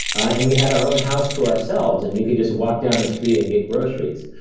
and we had our own house to ourselves, and we could just walk down the street and get groceries.